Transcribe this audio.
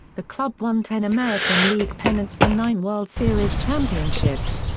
the club won ten american league pennants and nine world series championships.